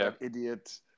idiot –